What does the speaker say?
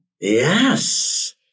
Yes